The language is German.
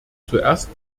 zuerst